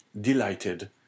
delighted